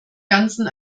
ganzen